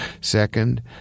Second